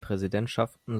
präsidentschaften